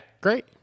Great